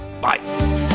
Bye